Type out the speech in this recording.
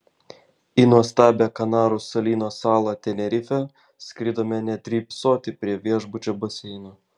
į nuostabią kanarų salyno salą tenerifę skridome ne drybsoti prie viešbučio baseino